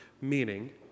meaning